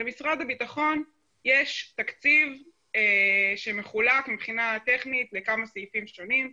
למשרד הביטחון יש תקציב שמחולק מבחינה טכנית לכמה סעיפים שונים,